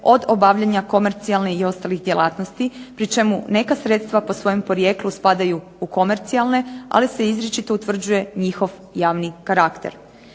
od obavljanja komercijalne i ostalih djelatnosti pri čemu neka sredstva po svojem porijeklu spadaju u komercijalne, ali se izričito utvrđuje njihov javni karakter.